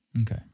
Okay